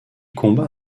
combat